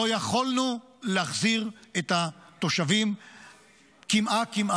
לא יכולנו להחזיר את התושבים קמעה-קמעה,